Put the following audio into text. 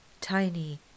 tiny